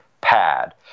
pad